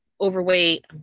overweight